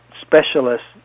specialists